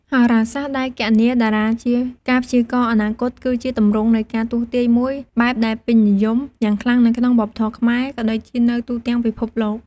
ហោរាសាស្ត្រដែលគណនាតារាជាការព្យាករណ៍អនាគត គឺជាទម្រង់នៃការទស្សន៍ទាយមួយបែបដែលពេញនិយមយ៉ាងខ្លាំងនៅក្នុងវប្បធម៌ខ្មែរ ក៏ដូចជានៅទូទាំងពិភពលោក។